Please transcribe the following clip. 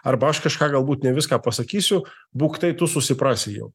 arba aš kažką galbūt ne viską pasakysiu būk tai tu susiprasi jau